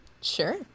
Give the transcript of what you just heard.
sure